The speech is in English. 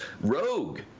rogue